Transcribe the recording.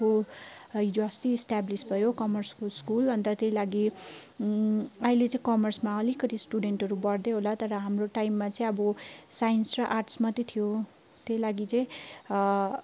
को हिजोअस्ति इस्ट्याबलिज भयो कमर्सको स्कुल अन्त त्यही लागि अहिले चाहिँ कमर्समा अलिकति स्टुडेन्टहरू बढ्दै होला तर हाम्रो टाइममा चाहिँ अब साइन्स र आर्ट्स मात्रै थियो त्यही लागि चाहिँ